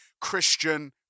Christian